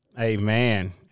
Amen